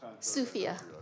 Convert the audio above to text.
Sufia